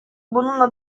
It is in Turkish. bununla